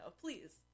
Please